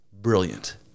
brilliant